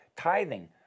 tithing